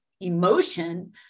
emotion